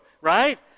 right